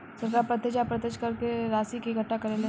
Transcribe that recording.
सरकार प्रत्यक्ष आ अप्रत्यक्ष कर से राशि के इकट्ठा करेले